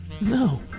No